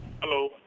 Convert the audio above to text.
Hello